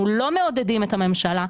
אנחנו לא מעודדים את הממשלה,